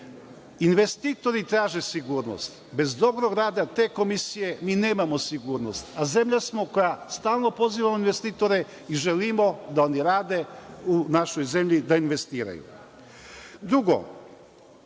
Investitori traže sigurnost. Bez dobrog rada te Komisije mi nemamo sigurnost, a zemlja smo koja stalno poziva investitore i želimo da oni rade u našoj zemlji, da investiraju. Drugo,